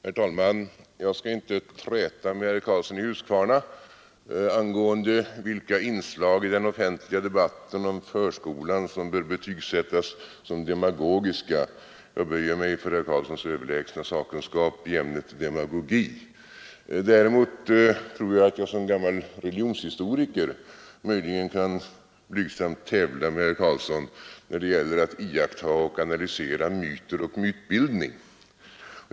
Herr talman! Jag skall inte träta med herr Karlsson i Huskvarna angående vilka inslag i den offentliga debatten om förskolan som bör betygsättas som demagogiska. Jag böjer mig för herr Karlssons överlägsna sakkunskap i ämnet demagogi. Däremot tror jag att jag som gammal religionshistoriker möjligen kan blygsamt tävla med herr Karlsson när det gäller att iaktta och analysera myter och mytbildning.